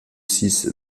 six